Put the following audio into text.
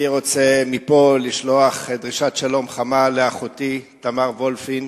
אני רוצה מפה לשלוח דרישת שלום חמה לאחותי תמר וולפין,